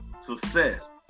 success